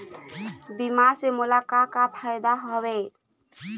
बीमा से मोला का का फायदा हवए?